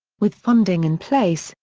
with funding in place,